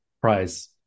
price